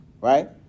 right